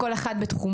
כל אחד בתחומו.